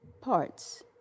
parts